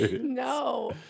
No